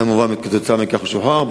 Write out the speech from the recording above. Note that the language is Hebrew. וכמובן כתוצאה מכך הוא שוחרר.